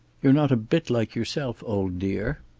you're not a bit like yourself, old dear.